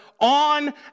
on